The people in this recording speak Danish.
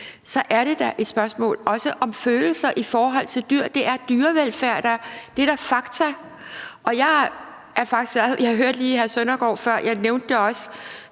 så er det da også et spørgsmål om følelser i forhold til dyr. Det er da dyrevelfærd, det er da fakta, og jeg hørte også lige hr. Søren Søndergaard før, og jeg nævnte det også